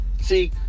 See